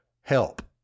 help